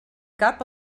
cap